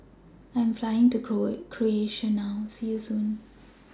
I Am Flying to Croatia now See YOU Soon